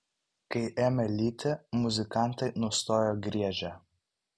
kai ėmė lyti muzikantai nustojo griežę